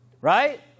right